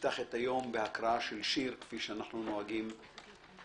נפתח את היום בהקראת שיר כפי שאני נוהג